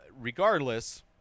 regardless